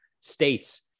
states